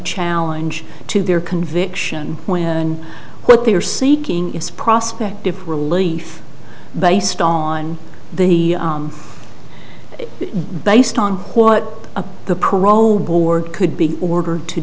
challenge to their conviction when what they are seeking is prospect of relief but based on the based on what the parole board could be ordered to